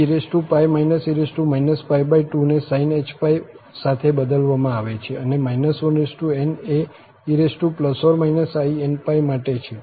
તેથી e e 2 ને sinh⁡ સાથે બદલવામાં આવે છે અને n એ e±in માટે છે